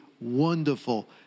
Wonderful